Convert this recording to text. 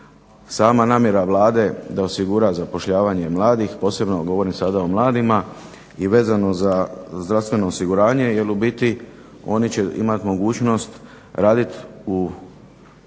sama namjera Vlade da osigura zapošljavanje mladih, posebno govorim sada o mladima, i vezano za zdravstveno osiguranje jer u biti oni će imati mogućnost raditi u